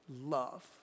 Love